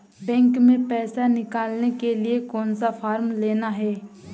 Bank में पैसा निकालने के लिए कौन सा फॉर्म लेना है?